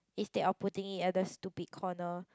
instead of putting it at the stupid corner